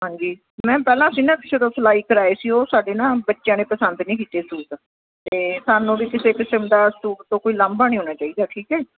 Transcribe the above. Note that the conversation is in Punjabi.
ਹਾਂਜੀ ਮੈਂ ਪਹਿਲਾਂ ਸੀ ਨਾ ਕਿਸੇ ਤੋਂ ਸਿਲਾਈ ਕਰਾਏ ਸੀ ਉਹ ਸਾਡੇ ਨਾ ਬੱਚਿਆਂ ਨੇ ਪਸੰਦ ਨਹੀਂ ਕੀਤੇ ਸੂਟ ਤਾਂ ਸਾਨੂੰ ਵੀ ਕਿਸੇ ਕਿਸਮ ਦਾ ਸੂਟ ਤੋਂ ਕੋਈ ਲਾਂਭਾ ਨਹੀਂ ਆਉਣਾ ਚਾਹੀਦਾ ਠੀਕ ਹੈ